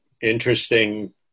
interesting